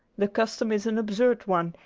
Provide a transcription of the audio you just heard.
the custom is an absurd one,